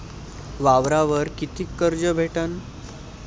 वावरावर कितीक कर्ज भेटन?